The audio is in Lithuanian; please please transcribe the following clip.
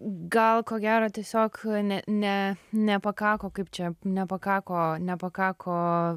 gal ko gero tiesiog ne ne nepakako kaip čia nepakako nepakako